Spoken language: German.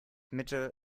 mitte